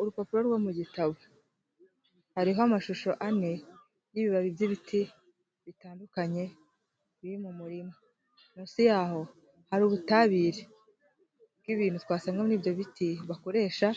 Urupapuro rwo mu gitabo. Hariho amashusho ane y'ibibabi by'ibiti bitandukanye biri mu murima. Munsi yaho hari ubutabire bw'ibintu twasanga muri ibyo biti bakoresha